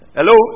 Hello